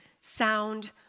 sound